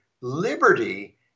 liberty